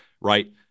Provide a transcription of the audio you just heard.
right